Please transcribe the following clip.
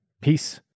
Peace